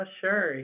sure